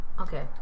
okay